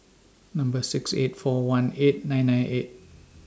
Number six eight four one eight nine nine eight